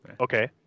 Okay